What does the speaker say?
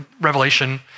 Revelation